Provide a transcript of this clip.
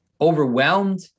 overwhelmed